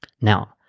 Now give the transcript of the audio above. Now